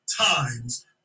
times